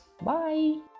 Bye